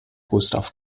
gustav